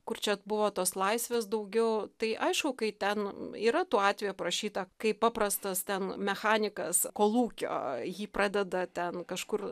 kur čia buvo tos laisvės daugiau tai aišku kai ten yra tų atvejų aprašyta kai paprastas ten mechanikas kolūkio jį pradeda ten kažkur